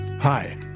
Hi